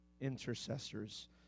Intercessors